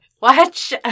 Watch